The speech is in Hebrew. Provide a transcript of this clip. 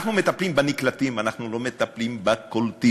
אנחנו מטפלים בנקלטים, אנחנו לא מטפלים בקולטים.